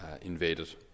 invaded